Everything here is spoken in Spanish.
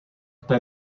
está